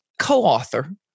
co-author